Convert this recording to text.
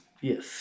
Yes